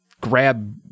grab